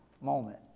moment